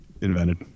invented